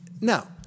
Now